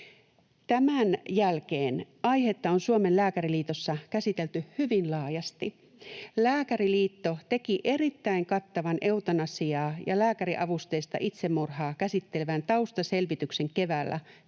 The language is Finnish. Tämän jälkeen aihetta on Suomen Lääkäriliitossa käsitelty hyvin laajasti. Lääkäriliitto teki erittäin kattavan eutanasiaa ja lääkäriavusteista itsemurhaa käsittelevän taustaselvityksen keväällä